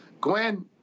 Gwen